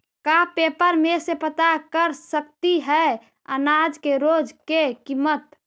का पेपर में से पता कर सकती है अनाज के रोज के किमत?